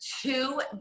two